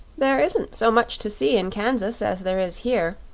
there isn't so much to see in kansas as there is here,